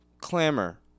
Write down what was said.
clamor